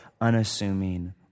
unassuming